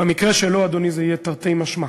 במקרה שלו, אדוני, זה יהיה תרתי משמע.